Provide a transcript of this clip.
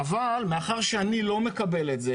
מאחר ואני לא מקבל את זה,